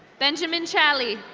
benjamin challey.